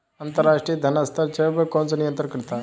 अंतर्राष्ट्रीय धन हस्तांतरण को कौन नियंत्रित करता है?